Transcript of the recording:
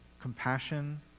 compassion